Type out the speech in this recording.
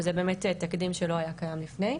וזה באמת תקדים שלא היה קיים לפני.